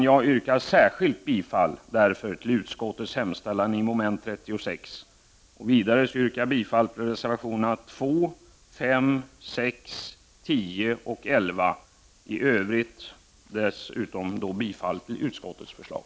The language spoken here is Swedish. Jag yrkar särskilt bifall till utskottets hemställan i mom 36. Vidare yrkar jag bifall till reservationerna 2, 5, 6, 10 och 11. I övrigt yrkar jag bifall till utskottets förslag.